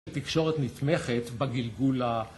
תקשורת נתמכת בגלגול ה...